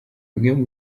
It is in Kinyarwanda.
bimwe